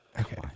okay